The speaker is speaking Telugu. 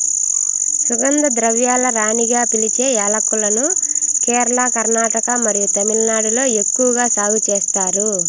సుగంధ ద్రవ్యాల రాణిగా పిలిచే యాలక్కులను కేరళ, కర్ణాటక మరియు తమిళనాడులో ఎక్కువగా సాగు చేస్తారు